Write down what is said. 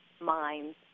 minds